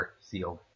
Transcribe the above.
sealed